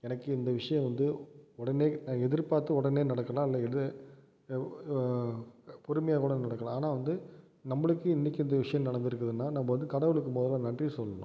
எனக்கு இந்த விஷயம் வந்து உடனே நான் எதிர்பார்த்து உடனே நடக்கலாம் அல்லது பொறுமையாக்கூட நடக்கலாம் ஆனால் வந்து நம்மளுக்கு இன்றைக்கி இந்த விஷயம் நடந்துருக்குதுன்னா நம்ம வந்து கடவுளுக்கு முதல்ல நன்றி சொல்லணும்